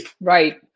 Right